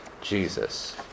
Jesus